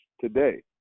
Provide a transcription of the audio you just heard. today